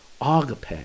agape